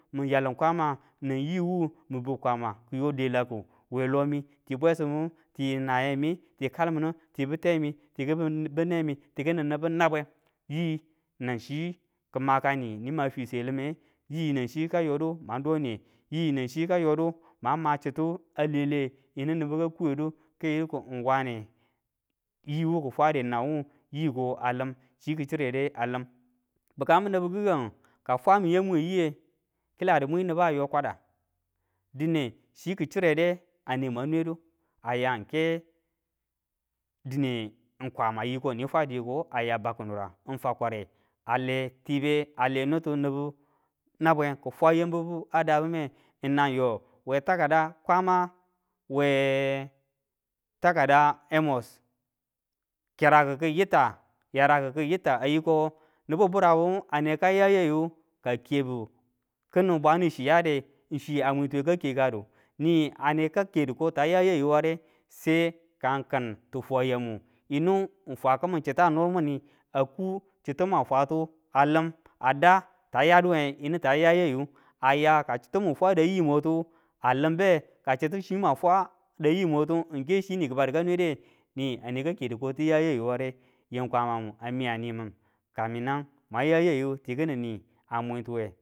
Mi yalin kwama, nan yiwu mi bi kwama kiyo delakuwe lomi ti bwesimu ti naye mi ti kalminu tibitemi tibinemi tikini nibu nabwen. Yi nang chi ki makani nima fiswe lime, yi nang chi ka yode mwan doniye, yi nan chi ka yodu mang ma chitu a lelei yinu nibu ka kuwedu ka yuidu ko wane yiwu ki fwade nang wu yiko a lim chi ki chirede a lim. Bikamu nibu kikangu ka fwamin yamu we yiye, kiladu mwi niba yo kwada, dine chi ki chirede a ne mwang nwedu, a ya ng ke dine ng kwama yi ko ni fwadu yiko, aya baku nurang dine ng fakware a le tibe a le nitu nibu nabwen kifwa yam bibu dabume, nang yo we takida kwama we takida Amos keraku yita yaraku yita a yi ko nibu buramu aneka ya yayu ka keby kini bwanuchi yade chi a mwintuwe ka kekadu, ni a neka kedu ko ta ya yayu ware sai kang kin ti fwa yamu yinu ng fwa kimin chita nurmuni aku chitu mwan fwatu a lim a da ta yaduwenge, yinu ta ya yayu. Aya chitu mun fwada yimoti a limbe, ka chitu chi ma fwa yimoti ng ke chi ni kibadu ka nwede ni a ne ka kedu koti ya yayu ware. yam kwamamu a miya nimin kamin nan mwan ya yayu tikini ni a mwintuwe.